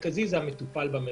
שהמטופל במרכז.